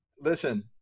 listen